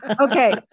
Okay